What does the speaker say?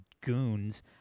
goons